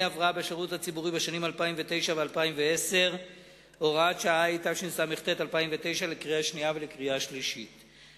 השירות הציבורי בהתמודדות עם השלכות המשבר הכלכלי הפוקד את משק המדינה.